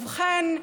ובכן,